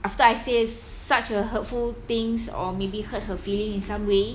after I say such a hurtful things or maybe hurt her feeling in some way